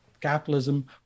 capitalism